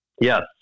yes